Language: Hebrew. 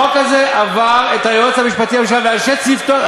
החוק הזה עבר את היועץ המשפטי לממשלה ואנשי צוותו,